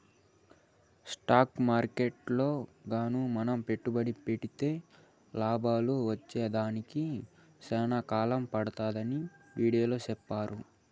stock మార్కెట్టులో గాన మనం పెట్టుబడి పెడితే లాభాలు వచ్చేదానికి సేనా కాలం పడతాదని వీడియోలో సెప్పినారు